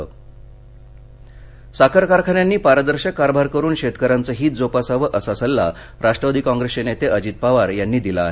जालना साखर कारखाना साखर कारखान्यांनी पारदर्शक कारभार करून शेतकऱ्यांचं हित जोपासावं असं सल्ला राष्ट्रवादी काँप्रेसचे नेते अजित पवार यांनी दिला आहे